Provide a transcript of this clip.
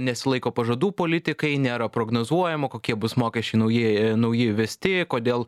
nesilaiko pažadų politikai nėra prognozuojama kokie bus mokesčiai nauji nauji įvesti kodėl